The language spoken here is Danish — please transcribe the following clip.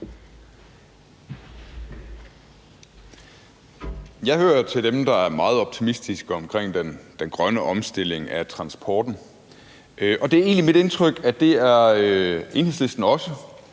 Jeg hører til dem, der er jeg meget optimistiske omkring den grønne omstilling af transporten, og det er egentlig mit indtryk, at det er Enhedslisten også,